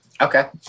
Okay